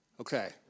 Okay